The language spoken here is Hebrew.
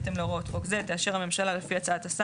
בהתאם להוראות לפי חוק זה ובמועדים הקבועים בחוק